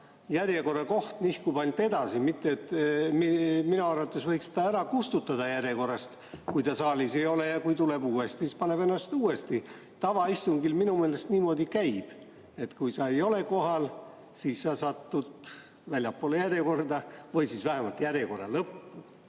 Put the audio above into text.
järjekorrakoht nihkub ainult edasi. Minu arvates võiks ta ära kustutada järjekorrast, kui teda saalis ei ole. Kui ta tuleb, siis paneb ennast uuesti järjekorda. Tavaistungil minu meelest niimoodi käib, et kui sa ei ole kohal, siis sa satud väljapoole järjekorda või siis vähemalt järjekorra lõppu.